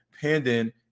pending